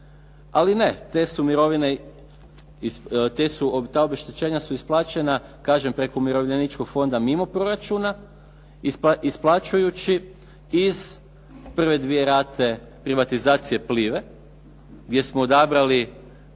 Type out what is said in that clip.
mirovine, ta obeštećenja su isplaćena kažem preko umirovljeničkog fonda mimo proračuna isplaćujući iz prve dvije rate privatizacije Plive gdje smo odabrali